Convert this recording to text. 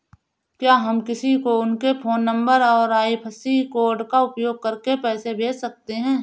क्या हम किसी को उनके फोन नंबर और आई.एफ.एस.सी कोड का उपयोग करके पैसे कैसे भेज सकते हैं?